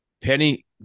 Penny